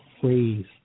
phrase